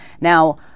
Now